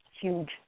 huge